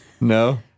no